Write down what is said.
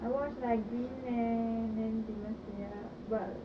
I watch like green land and then demon slayer but